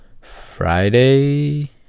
Friday